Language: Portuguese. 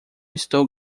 estou